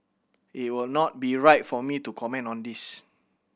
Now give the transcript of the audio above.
it would not be right for me to comment on this